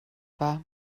war